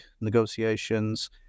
negotiations